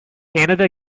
canada